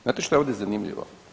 Znate što je ovdje zanimljivo?